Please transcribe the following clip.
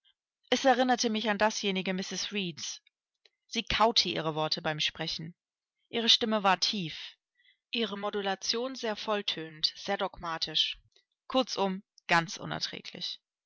es erinnerte mich an dasjenige mrs reeds sie kaute ihre worte beim sprechen ihre stimme war tief ihre modulation sehr volltönend sehr dogmatisch kurzum ganz unerträglich